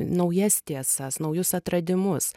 naujas tiesas naujus atradimus